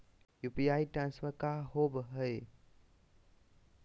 UPI transfer का होव हई?